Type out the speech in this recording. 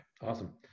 Awesome